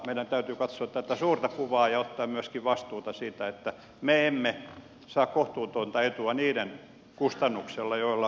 meidän täytyy katsoa tätä suurta kuvaa ja ottaa myöskin vastuuta siitä että me emme saa kohtuutonta etua niiden kustannuksella joilla mahdollisuudet ovat pienimmät